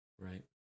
Right